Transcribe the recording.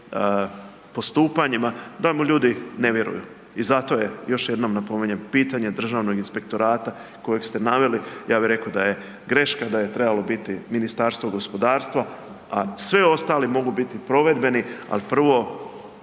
postupanjima da mu ljudi ne vjeruju. I zato je još jednom napominjem pitanje Državnog inspektorata kojeg ste naveli, ja bih rekao da je greška da je trebalo biti Ministarstvo gospodarstva, a sve ostali mogu biti provedbeni, al prvo